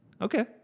Okay